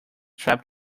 trap